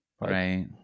right